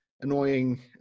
annoying